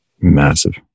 massive